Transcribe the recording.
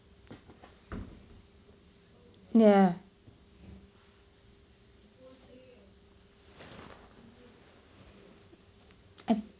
yeah I